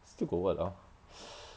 still got [what] ah